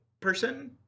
person